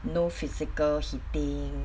no physical hitting